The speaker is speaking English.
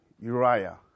Uriah